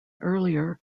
earlier